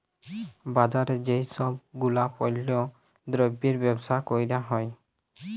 বাজারে যেই সব গুলাপল্য দ্রব্যের বেবসা ক্যরা হ্যয়